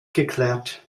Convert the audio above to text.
geklärt